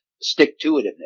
stick-to-itiveness